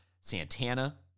Santana